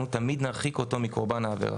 אנחנו תמיד נרחיק אותו מקורבן העבירה.